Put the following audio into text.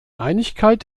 einigkeit